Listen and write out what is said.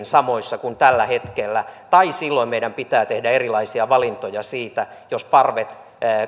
samoissa kuin tällä hetkellä tai silloin meidän pitää tehdä erilaisia valintoja siitä jos